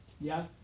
Yes